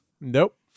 Nope